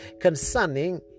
concerning